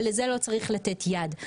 ולזה לא צריך לתת יד.